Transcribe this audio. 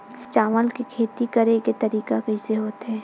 चावल के खेती करेके तरीका कइसे होथे?